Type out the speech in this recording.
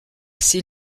s’il